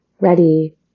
ready